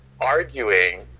arguing